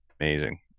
Amazing